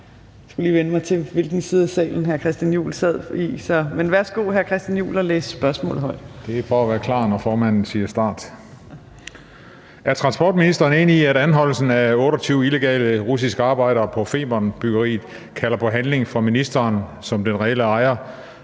Er ministeren enig i, at anholdelsen af 28 illegale russiske arbejdere på Femernbyggeriet kalder på handling fra ministeren som den reelle ejer,